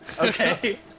Okay